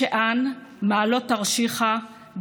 אבא שלך מצרי, סליחה.